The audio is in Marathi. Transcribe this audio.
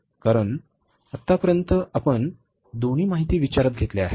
कारण आत्तापर्यंत आपण दोन्ही माहिती विचारात घेतल्या आहेत